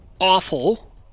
awful